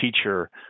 teacher